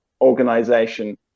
organization